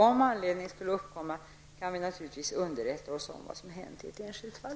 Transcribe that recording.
Om anledning skulle uppkomma kan vi naturligtvis underrätta oss om vad som hänt i ett enskilt fall.